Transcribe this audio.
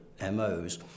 MO's